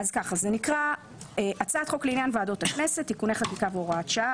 הצעת חוק לעניין ועדות הכנסת (תיקוני חקיקה והוראת שעה),